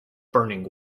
burning